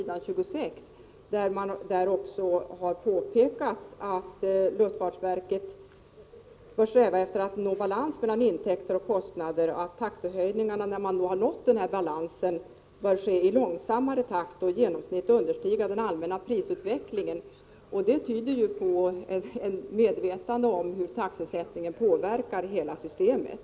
Där påpekas att luftfartsverket bör sträva efter att nå balans mellan intäkter och kostnader och att när den balansen har nåtts taxehöjningarna bör ske i långsammare takt och i genomsnitt understiga den allmänna prisutvecklingen. Detta tyder på ett medvetande om hur taxesättningen påverkar hela systemet.